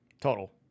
Total